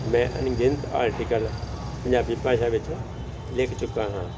ਮੈਂ ਅਣਗਿਣਤ ਆਰਟੀਕਲ ਪੰਜਾਬੀ ਭਾਸ਼ਾ ਵਿੱਚ ਲਿਖ ਚੁੱਕਾ ਹਾਂ